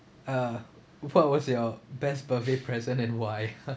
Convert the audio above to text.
uh what what's your best birthday present and why